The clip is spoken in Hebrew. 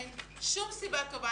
אין שום סיבה טובה,